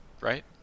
right